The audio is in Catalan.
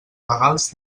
legals